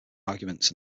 arguments